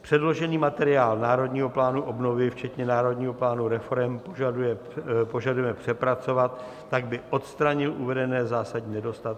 Předložený materiál Národního plánu obnovy včetně Národního plánu reforem požadujeme přepracovat tak, aby odstranil uvedené zásadní nedostatky.